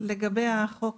לגבי החוק